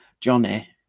Johnny